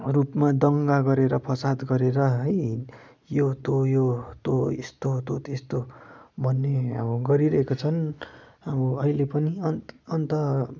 रूपमा दङ्गा गरेर फसाद गरेर है यो तँ यो तँ यस्तो तँ त्यस्तो भन्ने अब गरिरहेका छन् अब अहिले पनि अन्त अन्त